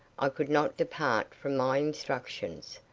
i could not depart from my instructions.